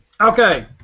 Okay